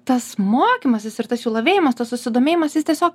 tas mokymasis ir tas jų lavėjimas tas susidomėjimas jis tiesiog